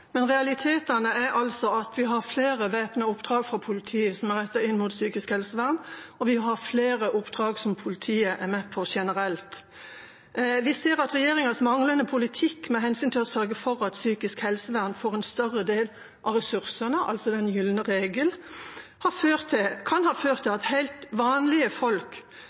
Realitetene er altså at flere væpnede oppdrag fra politiet er rettet inn mot psykisk helsevern, og vi har flere oppdrag som politiet er med på generelt. Vi ser at regjeringas manglende politikk med hensyn til å sørge for at psykisk helsevern får en større del av ressursene, altså den gylne regel, kan ha ført til at helt vanlige folk